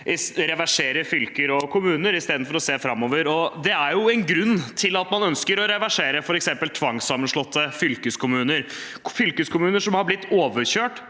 reversere fylker og kommuner, istedenfor å se framover, og det er jo en grunn til at man ønsker å reversere f.eks. tvangssammenslåtte fylkeskommuner. Fylkeskommuner har blitt overkjørt